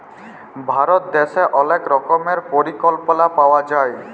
ভারত দ্যাশে অলেক রকমের পরিকল্পলা পাওয়া যায়